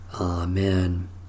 Amen